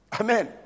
Amen